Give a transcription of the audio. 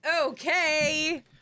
Okay